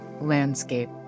landscape